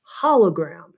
hologram